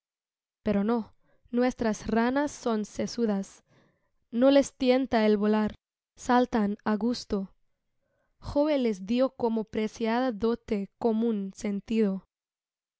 pero no nuestras ranas son sesudas no les tienta el volar saltan á gusto jove les dió como preciada dote común